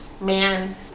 Man